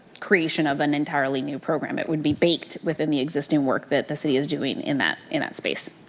creation of an entirely new program, it would be baked within the existing work that the city is doing in that in that space.